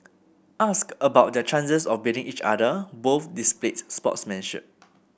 asked about their chances of beating each other both displayed sportsmanship